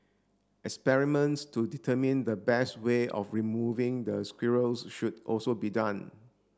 experiments to determine the best way of removing the squirrels should also be done